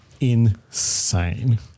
insane